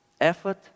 effort